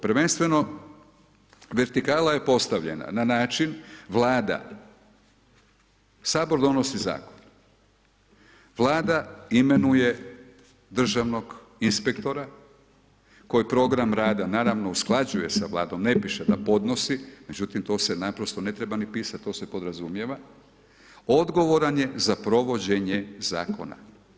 Prvenstveno vertikala je postavljena na način Vlada, sabor donosi zakon, Vlada imenuje državnog inspektora koji program rada naravno usklađuje sa Vladom ne piše da ponosi, međutim to se naprosto ne treba ni pisat, to se podrazumijeva odgovoran je za provođenje zakona.